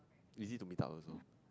easy to meet up also